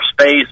space